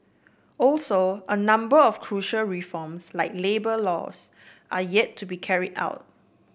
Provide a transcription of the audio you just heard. also a number of crucial reforms like labour laws are yet to be carry out